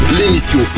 l'émission